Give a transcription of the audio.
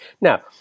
Now